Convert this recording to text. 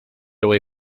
away